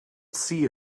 see